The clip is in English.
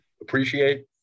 appreciate